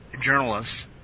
journalists